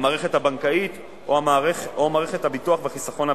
המערכת הבנקאית או מערכת הביטוח והחיסכון הפנסיוני.